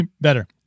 better